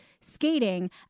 skating